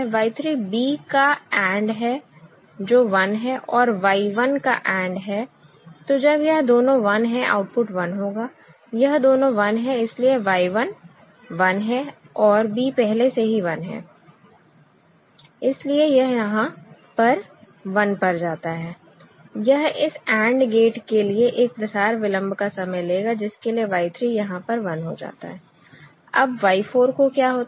Y 3 B का AND है जो 1 है और Y 1 का AND है तो जब यह दोनों 1 है आउटपुट 1 होगा यह दोनों 1 हैं इसलिए यह Y 1 1 है और B पहले से ही 1 है इसलिए यह यहां पर 1 पर जाता है यह इस AND गेट के लिए एक प्रसार विलंब का समय लेगा जिसके लिए Y 3 यहां पर 1 हो जाता है अब Y 4 को क्या होता है